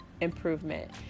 improvement